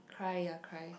cry ya cry